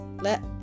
let